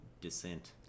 descent